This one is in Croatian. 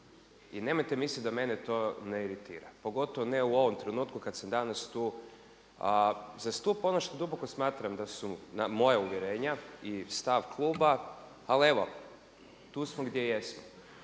i nemojte misliti da mene to ne iritira, pogotovo ne u ovom trenutku kada se danas tu zastupa ono što duboko smatram da su moja uvjerenja i stav kluba, ali evo tu smo gdje jesmo.